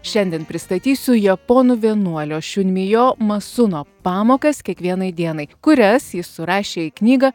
šiandien pristatysiu japonų vienuolio šiunmijo masuno pamokas kiekvienai dienai kurias jis surašė į knygą